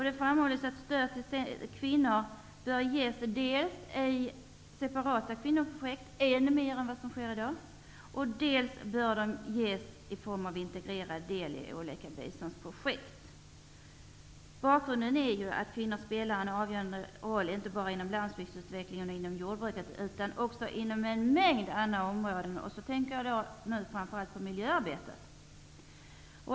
Det framhålls att stöd till kvinnor dels mer än vad som sker i dag bör ges till separata kvinnoprojekt, dels bör vara en integrerad del i olika biståndsprojekt. Bakgrunden är att kvinnor spelar en avgörande roll inte bara inom landsbygsutvecklingen och inom jordbruket utan också inom en mängd andra områden. Jag tänker framför allt på miljöarbetet.